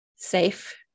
safe